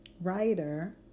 writer